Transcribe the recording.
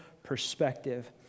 Perspective